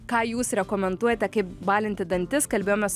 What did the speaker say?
ką jūs rekomenduojate kaip balinti dantis kalbėjomės